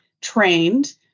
trained